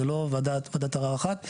זה לא ועדת ערר אחת.